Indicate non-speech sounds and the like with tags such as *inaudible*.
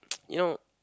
*noise* you know